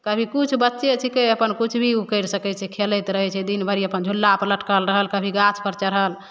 कभी किछु बच्चे छिकै अपन किछु भी ओ करि सकै छै खेलैत रहै छै दिनभरि अपन झुलापर लटकल रहल कभी गाछपर चढ़ल